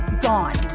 gone